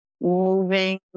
moving